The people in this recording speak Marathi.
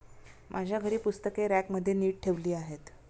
माझ्या घरी पुस्तके रॅकमध्ये नीट ठेवली आहेत